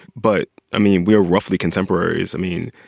but i mean, we are roughly contemporaries. i mean,